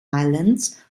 islands